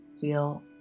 feel